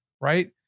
right